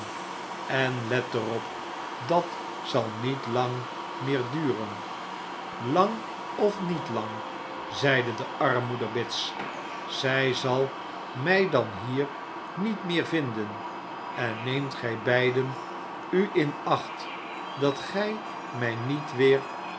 en let er op dat zal niet lang meer duren lang of niet lang zeide de armmoeder bits zij zal mij dan hier niet meer vinden en neemt gij beiden u in acht dat gij mij niet weer